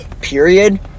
period